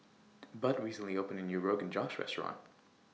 Bud recently opened A New Rogan Josh Restaurant